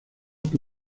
que